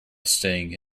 staying